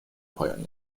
پایان